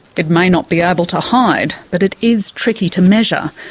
it may not be able to hide but it is tricky to measure.